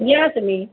या तुम्ही